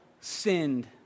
sinned